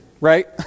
right